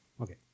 Okay